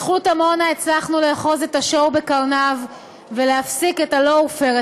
בזכות עמונה הצלחנו לאחוז את השור בקרני ולהפסיק ה-lawfare,